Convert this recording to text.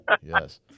Yes